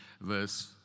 verse